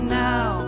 now